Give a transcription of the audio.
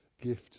gift